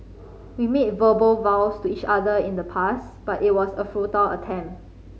we made verbal vows to each other in the past but it was a futile attempt